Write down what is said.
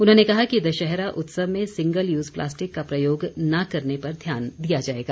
उन्होंने कहा कि दशहरा उत्सव में सिंगल यूज़ प्लास्टिक का प्रयोग न करने पर ध्यान दिया जाएगा